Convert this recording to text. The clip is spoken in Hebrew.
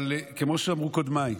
אבל כמו שאמרו קודמיי,